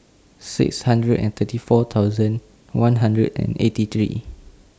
six hundred and thirty four thousand one hundred and eighty three